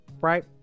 right